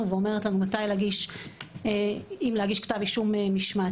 ואומרת לנו אם להגיש כתב אישום משמעתי.